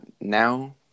now